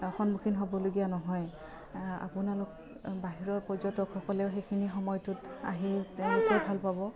সন্মুখীন হ'বলগীয়া নহয় আপোনালোক বাহিৰৰ পৰ্যটকসকলেও সেইখিনি সময়টোত আহি তেওঁলোকেও ভাল পাব